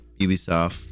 ubisoft